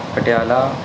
Patiala